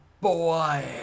boy